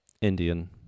Indian